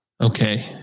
Okay